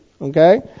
Okay